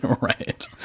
Right